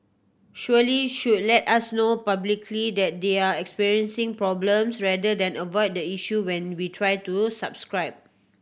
surely should let us know publicly that they're experiencing problems rather than avoid the issue when we try to subscribe